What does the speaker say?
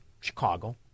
Chicago